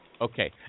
Okay